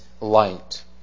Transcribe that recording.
light